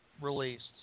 released